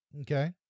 Okay